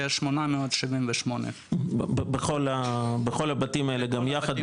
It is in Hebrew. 12,878. בכל הבתים האלה גם יחד,